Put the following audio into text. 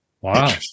Wow